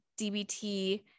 DBT